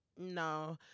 no